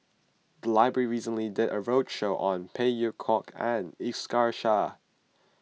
the library recently did a roadshow on Phey Yew Kok and Iskandar Shah